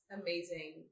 amazing